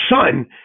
son